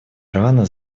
ирана